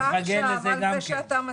רק בגלל שאתה מסכים.